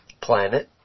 planet